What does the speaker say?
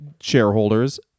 shareholders